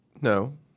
No